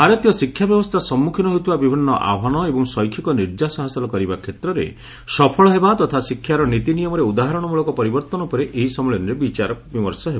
ଭାରତୀୟ ଶିକ୍ଷା ବ୍ୟବସ୍ଥା ସମ୍ମୁଖୀନ ହେଉଥିବା ବିଭିନ୍ନ ଆହ୍ୱାନ ଏବଂ ଶୈକ୍ଷିକ ନିର୍ଯାସ ହାସଲ କରିବା କ୍ଷେତ୍ରରେ ସଫଳ ହେବା ତଥା ଶିକ୍ଷାର ନୀତିନିୟମରେ ଉଦାହରଣମୂଳକ ପରିବର୍ତ୍ତନ ଉପରେ ଏହି ସମ୍ମିଳନୀରେ ବିଚାର ବିମର୍ଷ ହେବ